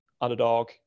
underdog